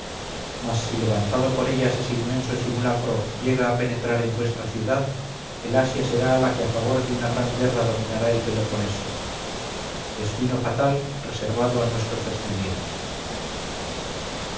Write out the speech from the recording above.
mas si levantado por ellas ese inmenso simulacro llega a penetrar en vuestra ciudad el asia será la que a favor de una gran guerra dominará el peloponeso destino fatal reservado a nuestros descendientes